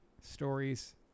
stories